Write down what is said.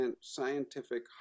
scientific